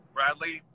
Bradley